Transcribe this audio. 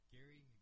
Gary